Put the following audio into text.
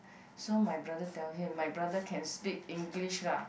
so my brother tell him my brother can speak English lah